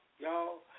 Y'all